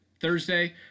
thursday